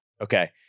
Okay